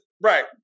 Right